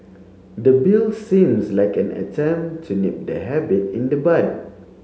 the Bill seems like an attempt to nip the habit in the bud